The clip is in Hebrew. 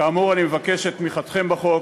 כאמור, אני מבקש את תמיכתכם בחוק.